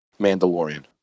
Mandalorian